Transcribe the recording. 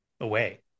away